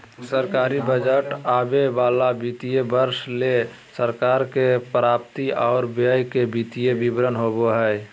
सरकारी बजट आवे वाला वित्तीय वर्ष ले सरकार के प्राप्ति आर व्यय के वित्तीय विवरण होबो हय